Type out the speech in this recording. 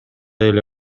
эле